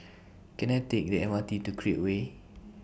Can I Take The M R T to Create Way